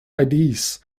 ideas